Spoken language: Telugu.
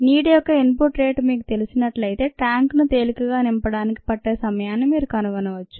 నీటి యొక్క ఇన్ పుట్ రేటు మీకు తెలిసినట్లయితే ట్యాంకును తేలికగా నింపడానికి పట్టే సమయాన్ని మీరు కనుగొనవచ్చు